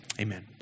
Amen